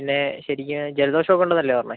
പിന്നെ ശരിക്ക് ജലദോഷം ഒക്കെ ഉണ്ട് എന്നല്ലേ പറഞ്ഞത്